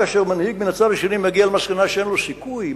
כאשר מנהיג מן הצד השני מגיע למסקנה שאין לו סיכוי,